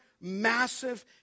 massive